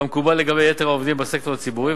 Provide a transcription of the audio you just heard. כמקובל לגבי יתר העובדים בסקטור הציבורי,